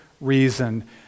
reason